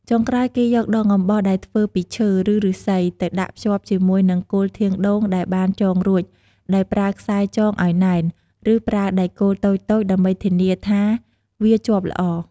ចុងក្រោយគេយកដងអំបោសដែលធ្វើពីឈើ ឬឫស្សីទៅដាក់ភ្ជាប់ជាមួយនឹងគល់ធាងដូងដែលបានចងរួច ដោយប្រើខ្សែចងឲ្យណែន ឬប្រើដែកគោលតូចៗ ដើម្បីធានាថាវាជាប់ល្អ។